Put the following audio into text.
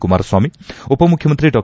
ಕುಮಾರಸ್ವಾಮಿ ಉಪಮುಖ್ಯಮಂತ್ರಿ ಡಾ